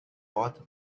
oath